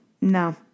no